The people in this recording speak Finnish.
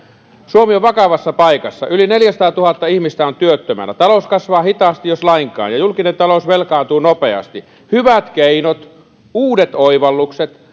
suomi on vakavassa paikassa yli neljäsataatuhatta ihmistä on työttömänä talous kasvaa hitaasti jos lainkaan ja julkinen talous velkaantuu nopeasti hyvät keinot uudet oivallukset